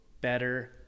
better